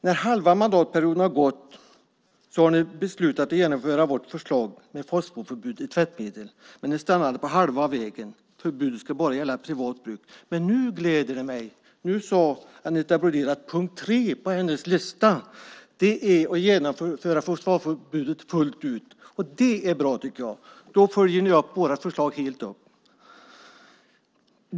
När halva mandatperioden har gått har ni beslutat att genomföra vårt förslag om fosforförbud i tvättmedel. Men det stannade på halva vägen. Förbudet skulle bara gälla privat bruk. Men nu gläder det mig att Anita Brodén säger att punkt tre på hennes lista är att genomföra fosfatförbudet fullt ut. Det är bra, tycker jag. Då följer ni upp vårt förslag helt och fullt.